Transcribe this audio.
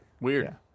Weird